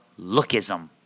lookism